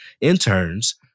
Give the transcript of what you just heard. interns